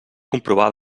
comprovar